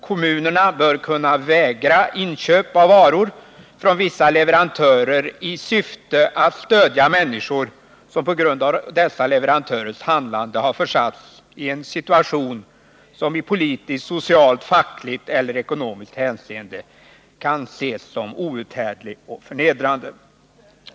Kommunerna bör kunna vägra inköp av varor från vissa leverantörer i syfte att stödja människor som på grund av dessa leverantörers handlande har försatts i en situation som i politiskt, socialt, fackligt eller ekonomiskt hänseende kan anses outhärdlig och förnedrande.